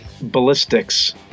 Ballistics